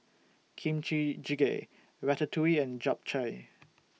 Kimchi Jjigae Ratatouille and Japchae